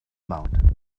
mountain